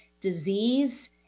Disease